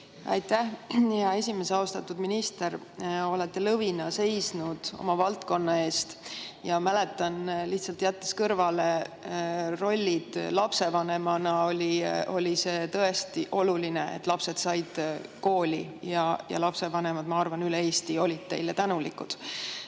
Aitäh, hea esimees! Austatud minister! Olete lõvina seisnud oma valdkonna eest ja mäletan lihtsalt, jättes kõrvale rollid lapsevanemana, oli see tõesti oluline, et lapsed said kooli. Lapsevanemad, ma arvan, üle Eesti olid teile tänulikud.